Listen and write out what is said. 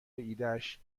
ایدهاش